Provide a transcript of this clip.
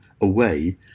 away